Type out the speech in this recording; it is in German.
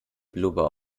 blubber